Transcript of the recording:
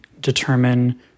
determine